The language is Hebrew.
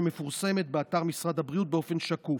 שמפורסמת באתר משרד הבריאות באופן שקוף.